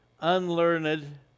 unlearned